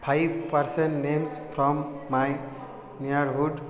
five person names from my neighbourhood